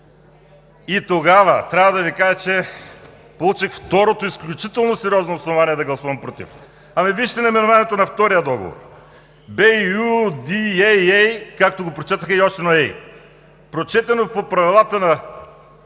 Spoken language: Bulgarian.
И тогава трябва да Ви кажа, че получих второто изключително сериозно основание да гласувам „против“. Ами, вижте наименованието на втория договор: BU-D-AAA, както го прочетох и още едно „А“. Прочетено по правилата на